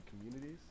communities